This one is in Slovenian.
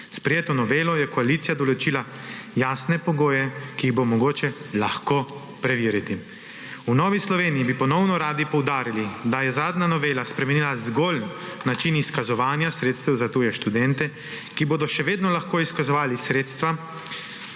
sprejeto novelo je koalicija določila jasne pogoje, ki jih bo mogoče lahko preveriti. V Novi Sloveniji bi ponovno radi poudarili, da je zadnja novela spremenila zgolj način izkazovanja sredstev za tuje študente, ki bodo še vedno lahko izkazovali sredstva,